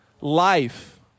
Life